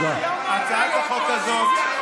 מספיק, כמה אפשר לשמוע את